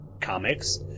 comics